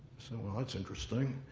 so well, that's interesting.